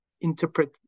interpret